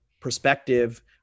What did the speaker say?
perspective